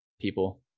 people